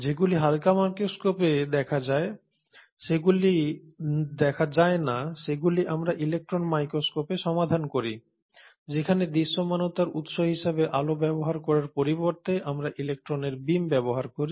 যেগুলি হালকা মাইক্রোস্কোপে দেখা যায় না সেগুলি আমরা ইলেক্ট্রন মাইক্রোস্কোপে সমাধান করি যেখানে দৃশ্যমানতার উৎস হিসাবে আলো ব্যবহার করার পরিবর্তে আমরা ইলেকট্রনের বিম ব্যবহার করি